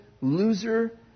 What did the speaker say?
loser